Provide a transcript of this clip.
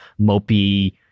mopey